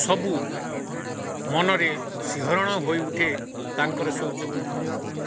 ସବୁ ମନରେ ଶିହରଣ ହୋଇଉଠେ ତାଙ୍କର ସେଇ ଯେଉଁ